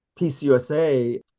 PCUSA